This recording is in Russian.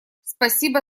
спасибо